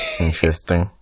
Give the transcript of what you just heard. Interesting